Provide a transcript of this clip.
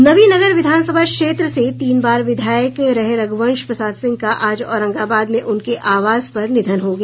नवीनगर विधानसभा क्षेत्र से तीन बार विधायक रहे रघुवंश प्रसाद सिंह का आज औरंगाबाद में उनके आवास पर निधन हो गया